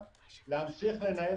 לחוף